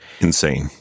Insane